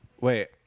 Wait